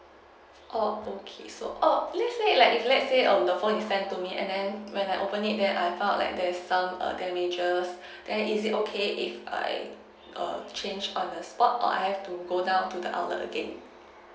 oh okay so err previously like if let's say um the phone you sent to me and then when I open it then I felt like there's some err damages then is it okay if I err change on the spot or I have to go down to the outlet again